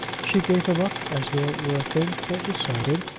she gave him up as though it were a thing quite decided,